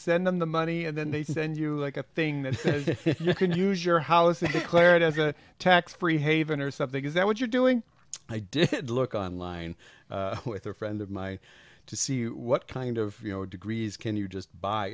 send them the money and then they send you like a thing that you can use your house to clear it as a tax free haven or something is that what you're doing i did look on line with a friend of my to see what kind of you know degrees can you just buy